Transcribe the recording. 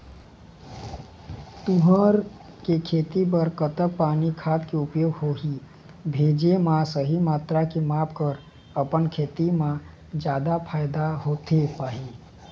तुंहर के खेती बर कतेक पानी खाद के उपयोग होही भेजे मा सही मात्रा के माप कर अपन खेती मा जादा फायदा होथे पाही?